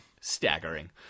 staggering